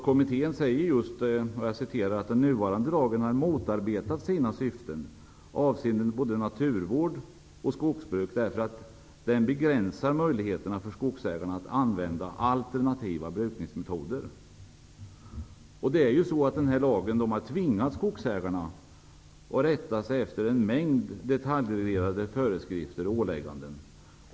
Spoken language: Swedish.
Kommittén uttalar också att ''den nuvarande lagen har motarbetat sina syften avseende både naturvård och skogsbruk, därför att den begränsar möjligheterna för skogsägarna att använda alternativa brukningsmetoder''. Den nuvarande lagen har tvingat skogsägarna att rätta sig efter en mängd detaljreglerade föreskrifter och åligganden.